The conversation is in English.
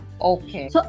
Okay